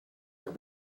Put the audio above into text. are